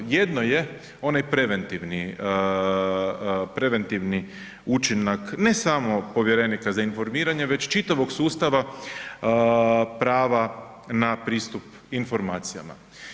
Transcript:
Jedno je onaj preventivni, preventivni učinak ne samo povjerenika za informiranje već čitavog sustava prava na pristup informacijama.